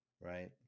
Right